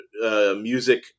music